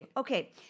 Okay